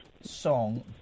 Song